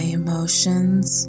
emotions